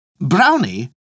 Brownie